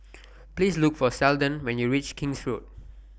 Please Look For Seldon when YOU REACH King's Road